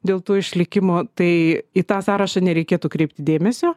dėl to išlikimo tai į tą sąrašą nereikėtų kreipti dėmesio